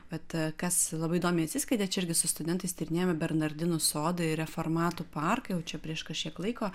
bet kas labai įdomiai atsiskleidė čia irgi su studentais tyrinėjome bernardinų sodą ir reformatų parką jau čia prieš kažkiek laiko